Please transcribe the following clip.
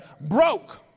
broke